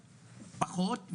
פחות,